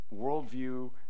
worldview